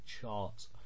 charts